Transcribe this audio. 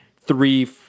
three